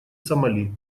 сомали